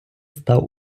став